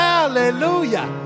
Hallelujah